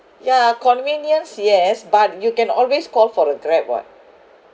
yeah convenience yes but you can always call for the grab [what]